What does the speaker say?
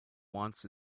wants